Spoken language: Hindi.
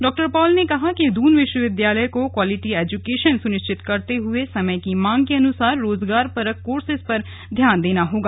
डॉ पॉल ने कहा कि दून विश्वविद्यालय को क्वालिटी एजुकेशन सुनिश्चित करते हुए समय की मांग के अनुसार रोजगारपरक कोर्सेस पर ध्यान देना होगा